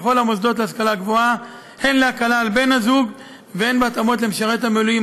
האם הדברים המוצעים לא נכללים במסגרת תוכניות מאושרות,